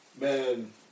Man